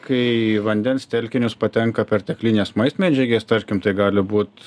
kai į vandens telkinius patenka perteklinės maistmedžiagės tarkim tai gali būt